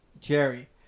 Jerry